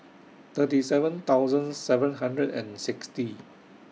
thirty seven thousand seven hundred and sixty